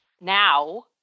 now